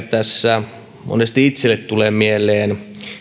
tässä monesti itselle tulee mieleen